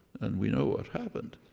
and we know what happened.